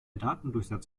datendurchsatz